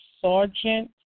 Sergeant